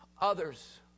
others